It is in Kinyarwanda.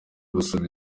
gusaba